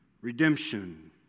redemption